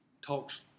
talks